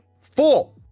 four